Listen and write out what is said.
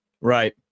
Right